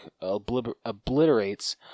obliterates